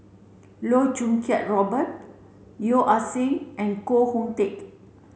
Loh Choo Kiat Robert Yeo Ah Seng and Koh Hoon Teck